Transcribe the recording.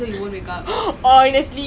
that's why I don't know lah